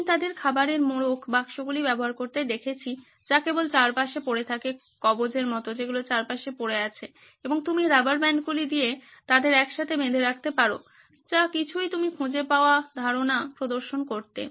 আমি তাদের খাবারের মোড়ক বাক্সগুলি ব্যবহার করতে দেখেছি যা কেবল চারপাশে পড়ে থাকে কবজের মতো যেগুলো চারপাশে পড়ে আছে এবং তুমি রাবার ব্যান্ডগুলি দিয়ে তাদের একসাথে বেঁধে রাখতে পারো যা কিছুই তুমি খুঁজে পাওয়া ধারণা প্রদর্শন করতে